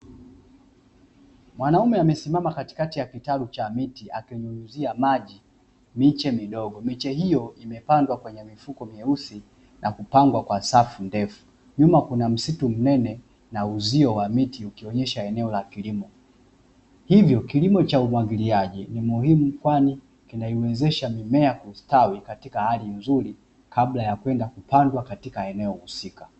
Mwanaume amesimama katikati ya kitalu cha miti akinyunyuzia maji miche midogo, miche hiyo imepangwa kwenye mifuko meusi na kupangwa kwa safu ndefu. Nyuma kuna msitu mnene na uzio wa miti ukionyesha eneo la kilimo. Hivyo ni kilimo cha umwagiliaji ni muhimu kwani kinaiwezesha mimea kustawi katika hali nzuri kabla ya kwenda kupandwa katika eneo husika.